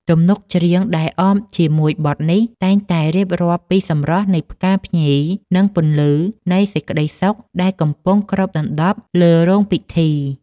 ទំនុកច្រៀងដែលអមជាមួយបទនេះ តែងតែរៀបរាប់ពីសម្រស់នៃផ្កាភ្ញី និងពន្លឺនៃសេចក្តីសុខដែលកំពុងគ្របដណ្តប់លើរោងពិធី